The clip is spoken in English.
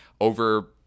over